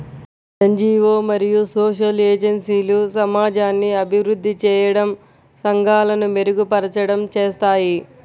NGO మరియు social ఏజెన్సీలు సమాజాన్ని అభివృద్ధి చేయడం, సంఘాలను మెరుగుపరచడం చేస్తాయి